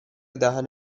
دهن